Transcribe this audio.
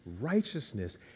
righteousness